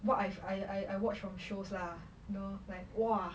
what I've I I watch from shows lah you know like !wah!